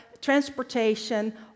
transportation